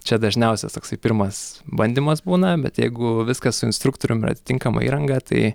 čia dažniausias toksai pirmas bandymas būna bet jeigu viskas su instruktorium ir atitinkama įranga tai